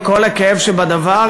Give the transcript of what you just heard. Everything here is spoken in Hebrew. עם כל הכאב שבדבר,